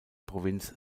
provinz